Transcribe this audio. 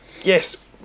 Yes